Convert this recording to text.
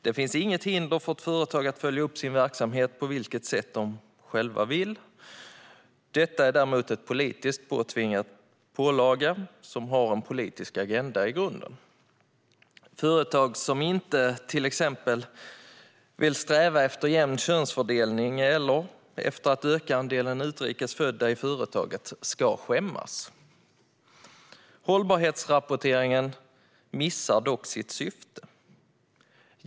Det finns inget hinder för ett företag att följa upp sin verksamhet på vilket sätt det självt vill. Rapporteringen är däremot en politiskt påtvingad pålaga med en politisk agenda i grunden. Företag som till exempel inte strävar efter jämn könsfördelning eller efter att öka andelen utrikes födda i företaget ska skämmas. Hållbarhetsrapporteringen missar dock sitt syfte.